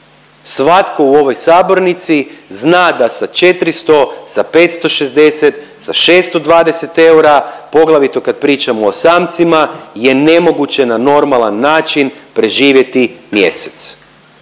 Svatko u ovoj sabornici zna da sa 400, sa 560, sa 620 eura, poglavito kad pričamo o samcima, je nemoguće na normalan način preživjeti mjesec.